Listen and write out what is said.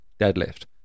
deadlift